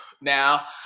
now